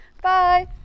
bye